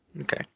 Okay